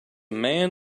man